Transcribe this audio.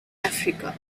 africa